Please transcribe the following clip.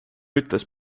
ütles